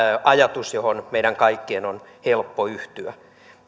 ajatus johon meidän kaikkien on helppo yhtyä